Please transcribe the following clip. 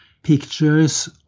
pictures